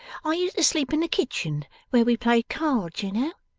i used to sleep in the kitchen where we played cards, you know.